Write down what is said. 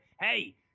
Hey